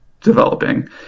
developing